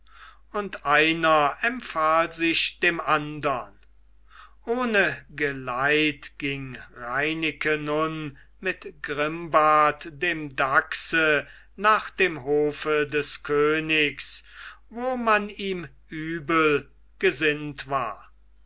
und einer empfahl sich dem andern ohne geleit ging reineke nun mit grimbart dem dachse nach dem hofe des königs wo man ihm übel gesinnt war